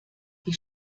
die